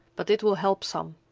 but it will help some.